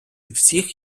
всіх